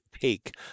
take